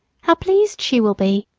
how pleased she will be!